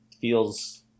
feels